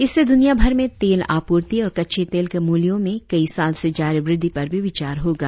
इससे द्रनिया भर में तेल आपूर्ति और कच्चे तेल के मूल्यों में कई साल से जारी वृद्धि पर भी विचार होगा